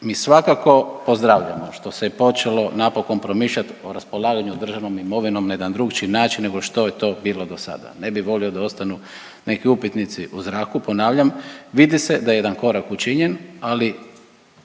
Mi svakako pozdravljamo što se počelo napokon promišljat o raspolaganju državnom imovinom na jedan drugačiji način nego što je to bilo do sada. Ne bi volio da ostanu neki upitnici u zraku, ponavljam vidi se da je jedan korak učinjen ali